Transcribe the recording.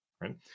right